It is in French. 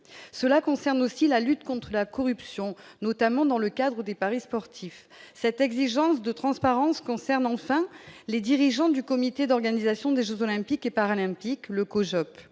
cela concerne aussi la lutte contre la corruption, notamment dans le cadre des paris sportifs, cette exigence de transparence concernant enfin les dirigeants du comité d'organisation des Jeux olympiques et paralympiques le ces